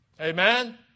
Amen